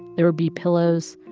there were bee pillows,